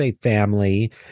family